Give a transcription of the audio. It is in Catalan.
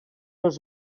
els